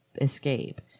escape